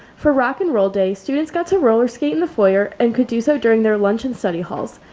for rock'n'roll day, students got to roller skate in the foyer and could do so during their lunch and study halls.